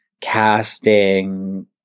casting